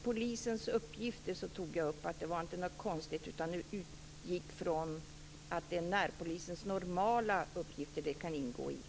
Herr talman! Det är naturligtvis föräldern. Men när det gäller polisens uppgifter utgick jag från att det kan ingå i närpolisens normala arbetsuppgifter.